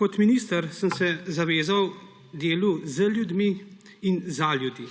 Kot minister sem se zavezal delu z ljudmi in za ljudi.